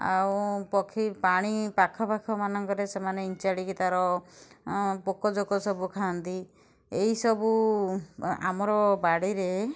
ଆଉ ପକ୍ଷୀ ପାଣି ପାଖ ପାଖ ମାନଙ୍କରେ ସେମାନେ ଇଞ୍ଚାଡ଼ିକି ତା'ର ପୋକ ଜୋକ ସବୁ ଖାଆନ୍ତି ଏଇସବୁ ଆମର ବାଡ଼ିରେ